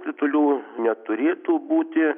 kritulių neturėtų būti